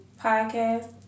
podcast